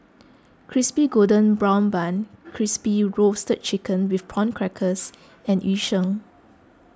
Crispy Golden Brown Bun Crispy Roasted Chicken with Prawn Crackers and Yu Sheng